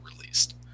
released